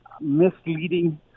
misleading